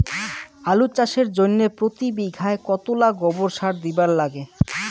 আলু চাষের জইন্যে প্রতি বিঘায় কতোলা গোবর সার দিবার লাগে?